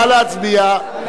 נא להצביע.